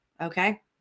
Okay